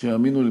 שיאמינו לי,